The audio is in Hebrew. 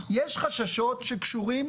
יש חששות שקשורים